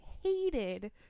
hated